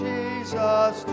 Jesus